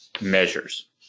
measures